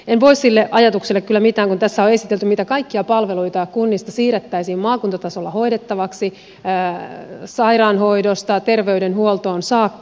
en voi sille ajatukselle kyllä mitään kun tässä on esitelty mitä kaikkia palveluita kunnista siirrettäisiin maakuntatasolla hoidettavaksi sairaanhoidosta terveydenhuoltoon saakka